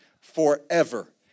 forever